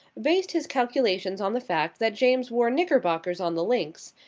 based his calculations on the fact that james wore knickerbockers on the links,